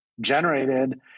generated